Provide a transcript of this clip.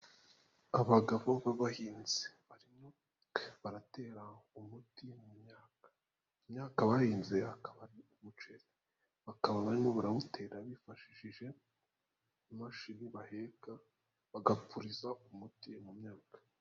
Abagabo b'abahinzi barimo baratera umuti mu myaka, imyaka bahinze akaba ari umuceri, bakaba barimo barawutera bifashishije imashini baheka bagakuriza umuti mu myaka.